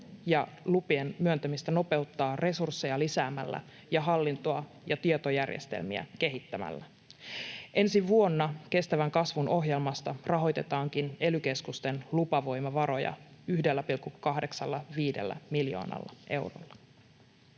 ja lupien myöntämistä nopeuttaa resursseja lisäämällä ja hallintoa ja tietojärjestelmiä kehittämällä. Ensi vuonna kestävän kasvun ohjelmasta rahoitetaankin ely-keskusten lupavoimavaroja 1,85 miljoonalla eurolla.